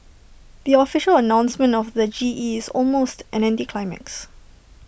the official announcement of the G E is almost an anticlimax